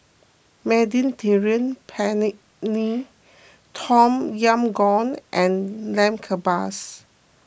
Mediterranean Penne Tom Yam Goong and Lamb Kebabs